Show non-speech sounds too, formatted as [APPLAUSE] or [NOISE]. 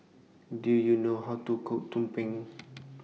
Do YOU know How to Cook Tumpeng [NOISE]